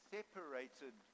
Separated